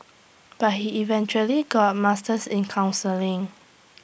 but he eventually got A master's in counselling